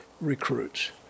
recruits